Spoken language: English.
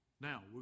Now